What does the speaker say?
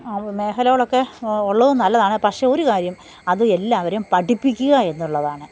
മേഖലകളൊക്കെ ഉള്ളത് നല്ലതാണ് പക്ഷെ ഒരു കാര്യം അത് എല്ലാവരും പഠിപ്പിക്കുകയെന്നുള്ളതാണ്